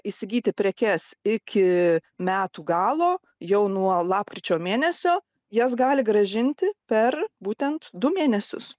įsigyti prekes iki metų galo jau nuo lapkričio mėnesio jas gali grąžinti per būtent du mėnesius